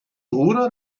nur